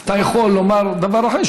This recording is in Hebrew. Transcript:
אתה יכול לומר דבר אחר,